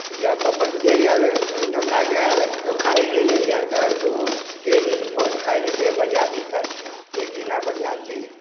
एक जगह पर पनसोईया लै कऽ न्यौता केलक तऽ ओ खाही लए नहि गेल कहलक दूरके जेतै भोज खाए लए के बरिआती करतै एक दिना बरिआती